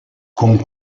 con